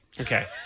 Okay